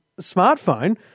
smartphone